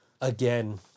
Again